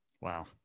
Wow